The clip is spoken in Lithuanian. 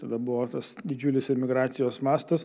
tada buvo tas didžiulis emigracijos mastas